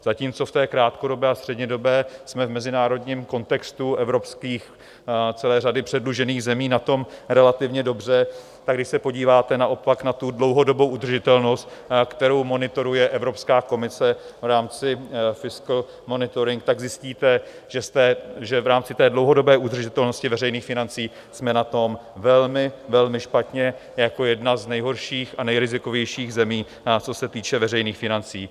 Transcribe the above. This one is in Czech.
Zatímco v té krátkodobé a střednědobé jsme v mezinárodním kontextu celé řady evropských předlužených zemí na tom relativně dobře, tak když se podíváte naopak na tu dlouhodobou udržitelnost, kterou monitoruje Evropská komise v rámci fiscal monitoring, tak zjistíte, že v rámci té dlouhodobé udržitelnosti veřejných financí jsme na tom velmi, velmi špatně, jako jedna z nejhorších a nejrizikovějších zemí, co se týče veřejných financí.